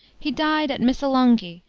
he died at missolonghi,